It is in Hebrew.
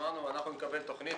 אמרנו שנקבל תוכנית.